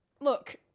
Look